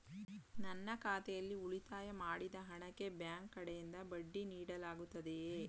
ನನ್ನ ಖಾತೆಯಲ್ಲಿ ಉಳಿತಾಯ ಮಾಡಿದ ಹಣಕ್ಕೆ ಬ್ಯಾಂಕ್ ಕಡೆಯಿಂದ ಬಡ್ಡಿ ನೀಡಲಾಗುತ್ತದೆಯೇ?